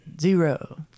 zero